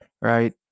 right